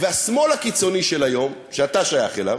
והשמאל הקיצוני של היום, שאתה שייך אליו,